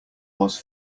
was